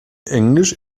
englisch